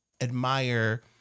Admire